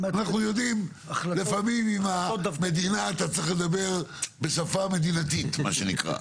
אנחנו יודעים לפעמים עם המדינה אתה צריך לדבר בשפה "מדינתית" מה שנקרא.